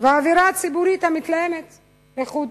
והאווירה הציבורית המתלהמת לחוד.